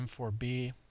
M4B